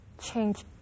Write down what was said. change